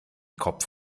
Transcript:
kopf